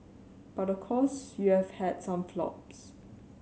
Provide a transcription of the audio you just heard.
but of course you have had some flops